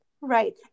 Right